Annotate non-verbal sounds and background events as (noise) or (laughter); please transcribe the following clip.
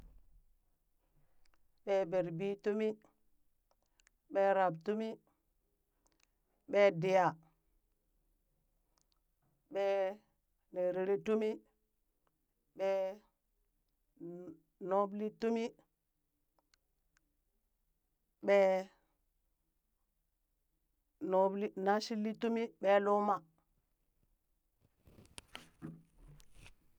Ɓee berebi tumi, ɓee rab tumi, ɓee diya, ɓee nerere tumi, ɓee nu- nubli tumi, ɓee nubli nashinli ɓee luma. (noise)